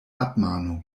abmahnung